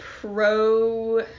pro